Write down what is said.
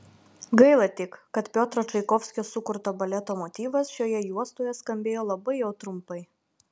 gaila tik kad piotro čaikovskio sukurto baleto motyvas šioje juostoje skambėjo labai jau trumpai